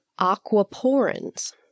aquaporins